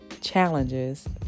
challenges